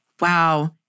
Wow